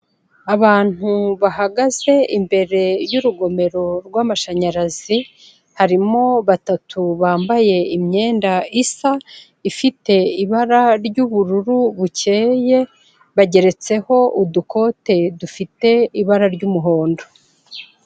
Abantu bahagaze imbere y'urugomero rw'amashanyarazi, harimo batatu bambaye imyenda isa, ifite ibara ry'ubururu bukeye, bageretseho udukote, dufite ibara ry'umuhondo.